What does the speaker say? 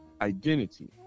identity